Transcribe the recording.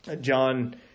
John